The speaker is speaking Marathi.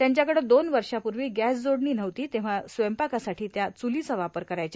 त्यांच्याकडं दोन वर्षांपूर्वी गॅस जोडणी नव्हती तेव्हा स्वयंपाकासाठी त्या चुलीचा वापर करायच्या